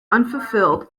unfulfilled